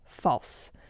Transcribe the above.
False